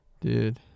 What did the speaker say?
Dude